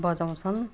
बजाउँछन्